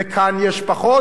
וכאן יש פחות,